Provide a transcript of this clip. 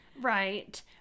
Right